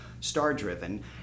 star-driven